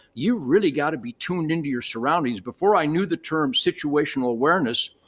you really gotta be tuned into your surroundings. before i knew the term situational awareness,